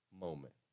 moment